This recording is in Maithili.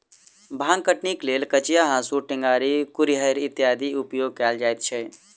भांग कटनीक लेल कचिया, हाँसू, टेंगारी, कुरिहर इत्यादिक उपयोग कयल जाइत छै